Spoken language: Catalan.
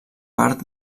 part